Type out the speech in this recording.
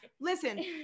Listen